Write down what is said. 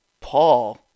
Paul